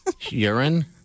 Urine